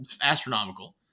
Astronomical